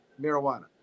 marijuana